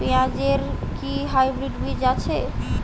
পেঁয়াজ এর কি হাইব্রিড বীজ হয়?